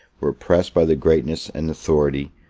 were oppressed by the greatness and authority,